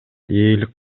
ээлик